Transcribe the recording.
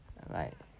right